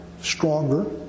stronger